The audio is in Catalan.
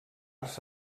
arts